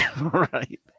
Right